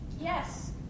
Yes